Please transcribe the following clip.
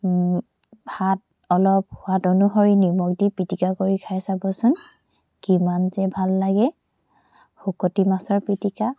ভাত অলপ সোৱাদ অনুসৰি নিমখ দি পিটিকা কৰি খাই চাবচোন কিমান যে ভাল লাগে শুকতি মাছৰ পিটিকা